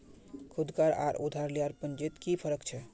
खुद कार आर उधार लियार पुंजित की फरक होचे?